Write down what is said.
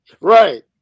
Right